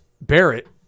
Barrett